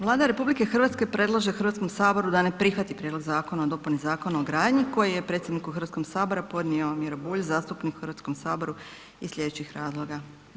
Vlada RH predlaže Hrvatskom saboru da ne prihvati Prijedlog zakona o dopuni Zakona o gradnji koji je predsjedniku Hrvatskog sabora podnio Miro Bulj, zastupnik u Hrvatskom saboru iz slijedećih razloga.